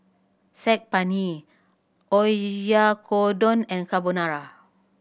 Saag Paneer Oyakodon and Carbonara